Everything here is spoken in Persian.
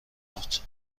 بود